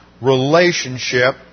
relationship